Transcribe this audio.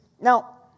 Now